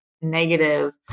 negative